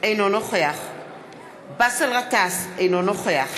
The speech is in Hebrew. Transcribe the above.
אינו נוכח באסל גטאס, אינו נוכח